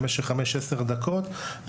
למשך 5-10 דקות,